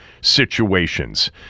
situations